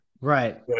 Right